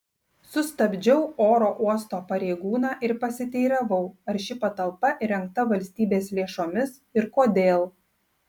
sustabdžiau oro uosto pareigūną ir pasiteiravau ar ši patalpa įrengta valstybės lėšomis ir kodėl